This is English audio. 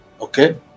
Okay